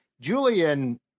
Julian